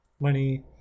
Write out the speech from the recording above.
money